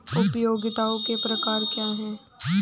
उपयोगिताओं के प्रकार क्या हैं?